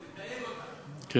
מתייג אותה, מסעודה זה שדרות.